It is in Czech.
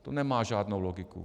To nemá žádnou logiku.